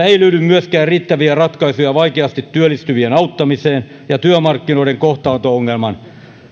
ei löydy myöskään riittäviä ratkaisuja vaikeasti työllistyvien auttamiseen ja työmarkkinoiden kohtaanto ongelman